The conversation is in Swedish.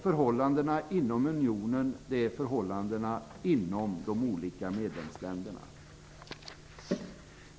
Förhållandena inom unionen utgör förhållandena inom de olika medlemsländerna.